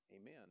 Amen